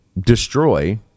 destroy